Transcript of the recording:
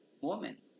woman